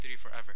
forever